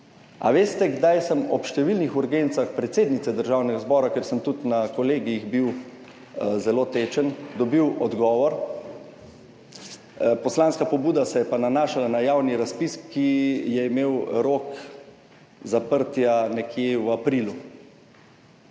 A veste, kdaj sem ob številnih urgencah predsednice Državnega zbora, ker sem bil tudi na kolegijih zelo tečen, dobil odgovor? Poslanska pobuda se je pa nanašala na javni razpis, ki je imel rok zaprtja nekje v aprilu.